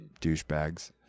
Douchebags